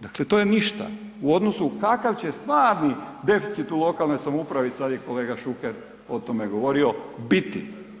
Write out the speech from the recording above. dakle to je ništa u odnosu kakav će stvari deficit u lokalnoj samoupravi, sad je kolega Šuker o tome govorio, biti.